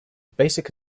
basic